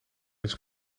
eens